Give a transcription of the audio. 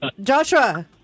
Joshua